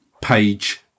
page